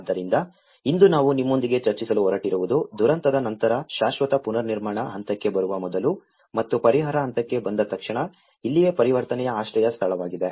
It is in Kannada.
ಆದ್ದರಿಂದ ಇಂದು ನಾನು ನಿಮ್ಮೊಂದಿಗೆ ಚರ್ಚಿಸಲು ಹೊರಟಿರುವುದು ದುರಂತದ ನಂತರ ಶಾಶ್ವತ ಪುನರ್ನಿರ್ಮಾಣ ಹಂತಕ್ಕೆ ಬರುವ ಮೊದಲು ಮತ್ತು ಪರಿಹಾರ ಹಂತಕ್ಕೆ ಬಂದ ತಕ್ಷಣ ಇಲ್ಲಿಯೇ ಪರಿವರ್ತನೆಯ ಆಶ್ರಯ ಸ್ಥಳವಾಗಿದೆ